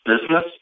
business